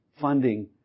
funding